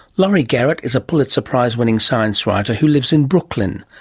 laurie garrett is a pulitzer prize-winning science writer who lives in brooklyn.